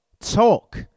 Talk